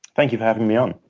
thank you for having me on.